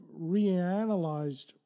reanalyzed